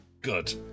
Good